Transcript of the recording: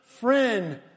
friend